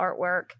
artwork